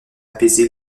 apaisé